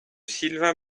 sylvain